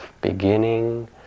beginning